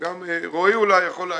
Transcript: אולי גם רועי יכול לומר.